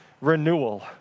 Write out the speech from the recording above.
renewal